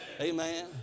Amen